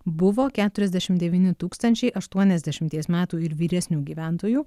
buvo keturiasdešimt devyni tūkstančiai aštuoniasdešimties metų ir vyresnių gyventojų